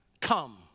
come